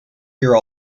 here